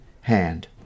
hand